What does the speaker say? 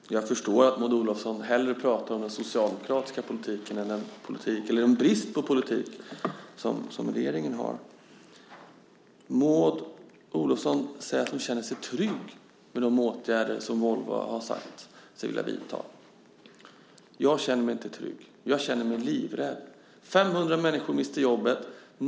Herr talman! Jag förstår att Maud Olofsson hellre pratar om den socialdemokratiska politiken än om regeringens brist på politik. Maud Olofsson säger att hon känner sig trygg med de åtgärder som Volvo har sagt sig vilja vidta. Jag känner mig inte trygg. Jag känner mig livrädd. 500 människor mister jobbet.